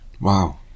Wow